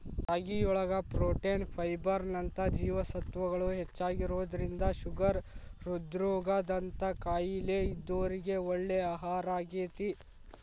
ರಾಗಿಯೊಳಗ protein, fibre ನಂತ ಜೇವಸತ್ವಗಳು ಹೆಚ್ಚಾಗಿರೋದ್ರಿಂದ ಶುಗರ್, ಹೃದ್ರೋಗ ದಂತ ಕಾಯಲೇ ಇದ್ದೋರಿಗೆ ಒಳ್ಳೆ ಆಹಾರಾಗೇತಿ